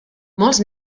molts